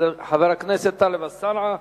חבר הכנסת טלב אלסאנע,